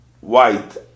white